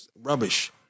Rubbish